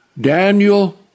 Daniel